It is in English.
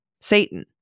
Satan